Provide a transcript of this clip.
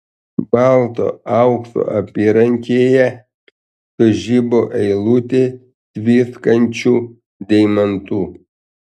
balto aukso apyrankėje sužibo eilutė tviskančių deimantų